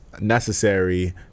necessary